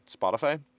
Spotify